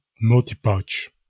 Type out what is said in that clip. Multi-Pouch